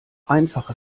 einfache